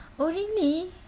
oh really